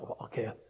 okay